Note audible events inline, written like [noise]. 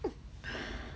[noise]